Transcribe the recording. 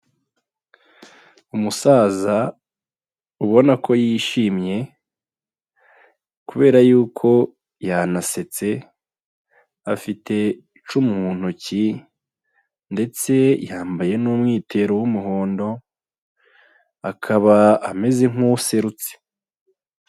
Umusaza ubona ko yishimye kubera y'uko yanasetse, afite icumu mu ntoki ndetse yambaye n'umwitero w'umuhondo, akaba ameze nk'userutse.